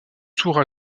tour